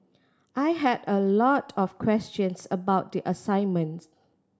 I had a lot of questions about the assignments